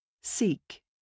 Seek